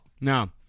No